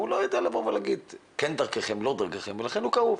והוא לא יודע לומר אם דרככם או לא, ולכן הוא כאוב.